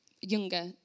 younger